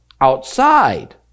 outside